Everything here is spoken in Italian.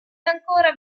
ancora